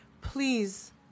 Please